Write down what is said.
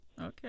Okay